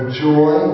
joy